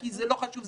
כי זה לא חשוב,